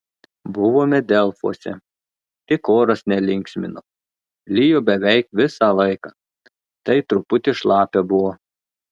buvome delfuose tik oras nelinksmino lijo beveik visą laiką tai truputį šlapia buvo